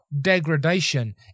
degradation